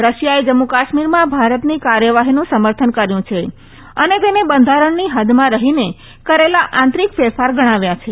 રશિયાએ જમ્મુ કાશ્મીરમાં ભારતની કાર્યવાહીનું સમર્થન કર્યું છે અને તેને બંધારણની હદમાં રહીને કરેલા આંતરિક ફેરફાર ગણાવ્યા છે